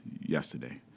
yesterday